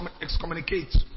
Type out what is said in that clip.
excommunicate